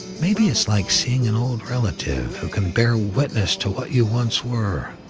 maybe, it's like seeing an old relative who can bear witness to what you once were,